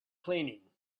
cleaning